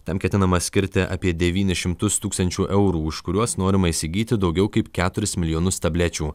tam ketinama skirti apie devynis šitmus tūkstančių eurų už kuriuos norima įsigyti daugiau kaip keturis milijonus tablečių